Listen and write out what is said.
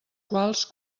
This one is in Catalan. quals